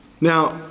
Now